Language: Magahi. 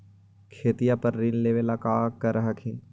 खेतिया पर ऋण लेबे ला की कर हखिन?